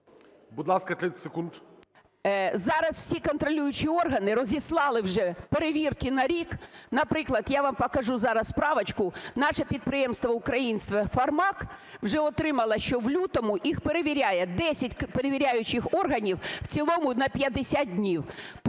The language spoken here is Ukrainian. Будь ласка, 30 секунд. КУЖЕЛЬ О.В. Зараз всі контролюючі органи розіслали вже перевірки на рік. Наприклад, я вам покажу зараз справочку, наше підприємство українське "Фармак" вже отримало, що в лютому їх перевіряє 10 перевіряючих органів в цілому на 50 днів.